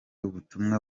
ubutumwa